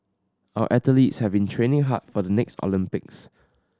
our athletes have been training hard for the next Olympics